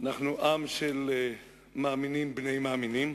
ואנחנו עם של מאמינים בני מאמינים.